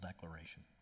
declaration